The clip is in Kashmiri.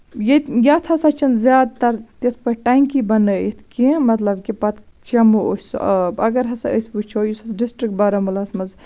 ییٚتہِ یَتھ ہسا چھِ نہٕ زیادٕ تَر تِتھ پٲٹھۍ ٹیٚنکی بَنٲیِتھ کیٚنٛہہ مطلب کہِ پَتہٕ چٮ۪مَو أسۍ سُہ آب اَگر ہسا أسۍ وُچھو یُس حظ ڈِسٹرک بارہمُلہَس منٛز